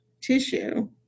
tissue